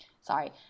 sorry